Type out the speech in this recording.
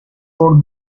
for